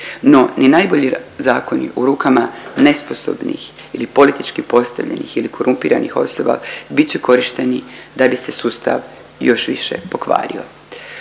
no ni najbolji zakoni u rukama nesposobnih ili politički postavljenih ili korumpiranih osoba bit će korišteni da bi se sustav još više pokvario.